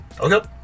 Okay